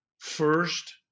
First